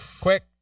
quick